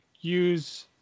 use